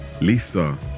Lisa